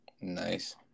Nice